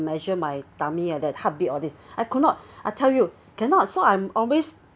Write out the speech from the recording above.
measure my tummy and that heartbeat all this I could not I tell you cannot so I'm always